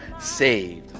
saved